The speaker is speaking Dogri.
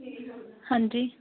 हां जी